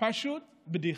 פשוט בדיחה.